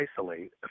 isolate